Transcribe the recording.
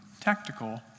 tactical